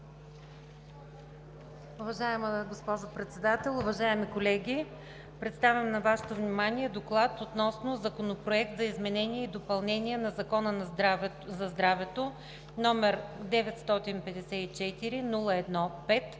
Уважаема госпожо Председател, уважаеми колеги! Представям на Вашето внимание: „ДОКЛАД относно Законопроект за изменение и допълнение на Закона за здравето, № 954-01-5,